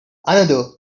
another